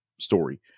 story